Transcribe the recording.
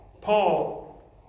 Paul